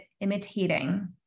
imitating